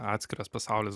atskiras pasaulis